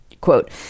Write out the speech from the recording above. quote